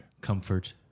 comfort